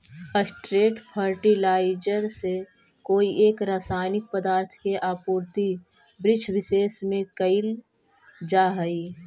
straight fertilizer से कोई एक रसायनिक पदार्थ के आपूर्ति वृक्षविशेष में कैइल जा हई